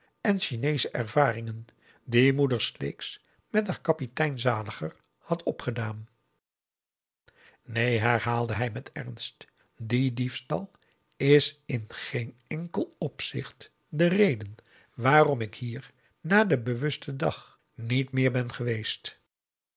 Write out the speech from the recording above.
en chineesche ervaringen die moeder sleeks met haar kapitein zaliger had opgedaan neen herhaalde hij met ernst die diefstal is i n g e e n e n k e l o p z i c h t de reden waarom ik hier na den bewusten dag niet meer ben geweest